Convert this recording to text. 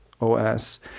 os